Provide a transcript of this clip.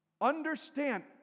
Understand